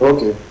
Okay